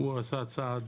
הוא עשה צעד